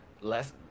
less